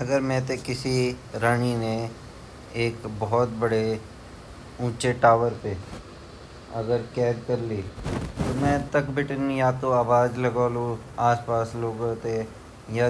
वन ता दुनिया मा इति बुरा क्वे नि वन पर फिर भी अगर क्वे राणी इन वोनी ची जैन हमते यन बुरा वेमा टावर मा कैद करएल ता पहली ता अपरा क्वे कपडा वोलु वे कपडाते भैर फ़ेलोलु अर